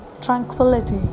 tranquility